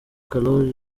karoli